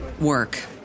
work